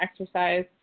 exercise